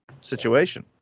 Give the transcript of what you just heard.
situation